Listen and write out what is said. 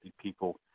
people